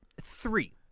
three